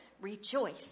Rejoice